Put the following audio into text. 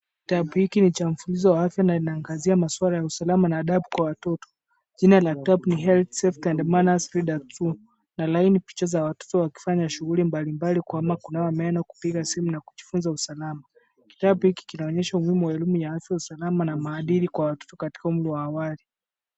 Kitabu hiki ni cha mfunzo wa afya na inaangazia masuala ya usalama na adabu kwa watoto. Jina la kitabu ni Health Safety and Manners Reader's Book na lina picha za watoto wakifanya shughuli mbalimbali kama kunawa meno, kupiga simu na kujifunza usalama. Kitabu hiki kinaonyesha umuhimu wa elimu ya afya, usalama, na maadili kwa watu katika umri wa awali.